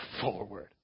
forward